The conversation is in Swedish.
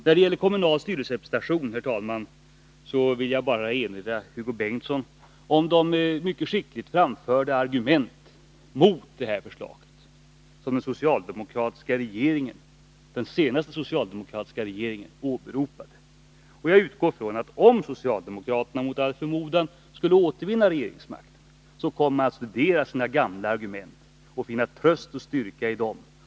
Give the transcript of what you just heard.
När det gäller kommunal styrelserepresentation vill jag, herr talman, bara erinra Hugo Bengtsson om de mycket skickligt framförda argument mot detta förslag som den senaste socialdemokratiska regeringen åberopade. Och jag utgår från att om socialdemokraterna mot all förmodan skulle återvinna regeringsmakten, kommer de att studera sina gamla argument och finna tröst och styrka i dem.